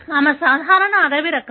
ఆమె సాధారణ అడవి రకం